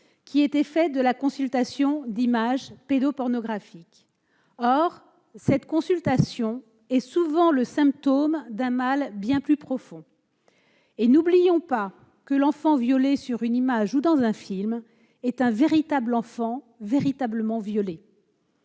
faible accordée à la consultation d'images pédopornographiques. Or cette consultation est souvent le symptôme d'un mal bien plus profond, car, ne l'oublions pas, l'enfant violé sur une image ou dans un film est un enfant véritablement violé.